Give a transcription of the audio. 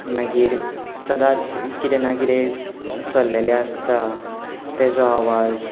मागीर सदांच कितें ना कितें चल्लेलें आसता ताजो आवाज